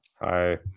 Hi